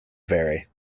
very